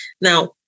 Now